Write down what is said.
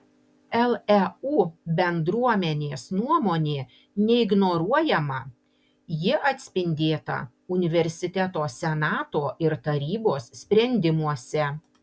leu bendruomenės nuomonė neignoruojama ji atspindėta universiteto senato ir tarybos sprendimuose